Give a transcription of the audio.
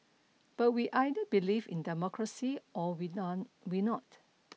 but we either believe in democracy or we none we not